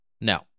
no